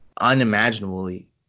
unimaginably